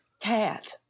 Cat